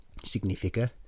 Significa